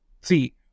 see